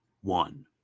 one